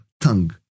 tongue